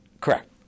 Correct